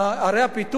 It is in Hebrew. ערי הפיתוח.